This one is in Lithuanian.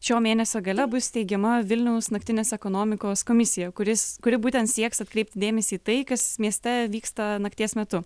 šio mėnesio gale bus steigiama vilniaus naktinės ekonomikos komisija kuris kuri būtent sieks atkreipti dėmesį į tai kas mieste vyksta nakties metu